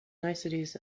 niceties